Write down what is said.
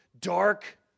dark